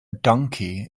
donkey